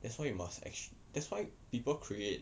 that's why you must that's why people create